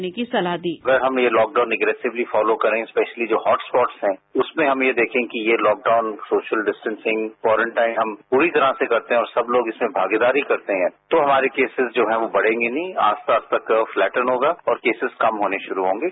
bite doctor Randeep Guleria अगर हम ये लॉकडाउन अग्रसिवलीफॉलो करे स्पेशियली जो हॉटस्पाट हैं उसमें हम यह देखें कि यह लॉकडाउन सोशल डिस्टेंसिंग क्वारंटाइनहम पूरी तरह से करते हैं और सब लोग इसमें भागीदारी करते हैं तो हमारे केसेस जो हैंबढ़ेंगे नहीं आसपास तक फ्लैटन होगा और केसेस कम होने शुरू होंगे